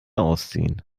ausziehen